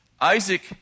Isaac